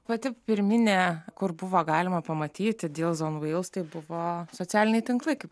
pati pirminė kur buvo galima pamatyti dėl zomvyls tai buvo socialiniai tinklai kaip